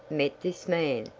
met this man.